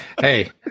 Hey